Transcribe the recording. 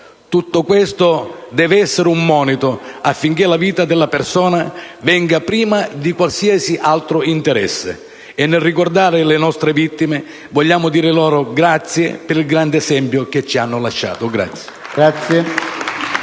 Tutto questo deve essere un monito affinché la vita della persona venga prima di qualsiasi altro interesse. E nel ricordare le nostre vittime vogliamo dire loro grazie per il grande esempio che ci hanno lasciato.